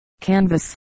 canvas